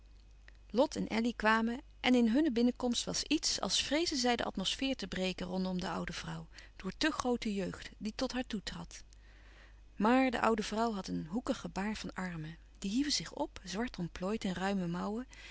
lot en elly kwamen en in hunne binnenkomst was iets als vreesden zij de atmosfeer te breken rondom de oude vrouw door te groote jeugd die tot haar toetrad maar de oude vrouw had een louis couperus van oude menschen de dingen die voorbij gaan hoekig gebaar van armen die hieven zich op zwart omplooid in ruime mouwen